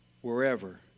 wherever